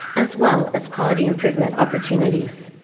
as well as quality improvement opportunities.